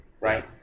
right